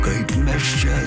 kaip mes čia